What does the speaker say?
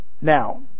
Now